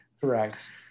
Correct